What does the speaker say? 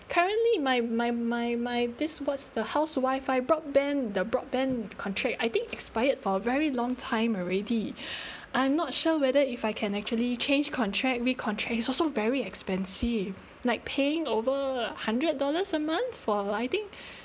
currently my my my my this what's the house Wi-Fi broadband the broadband contract I think expired for a very long time already I'm not sure whether if I can actually change contract re contract it's also very expensive like paying over a hundred dollars a month for I think